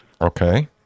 Okay